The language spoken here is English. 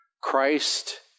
Christ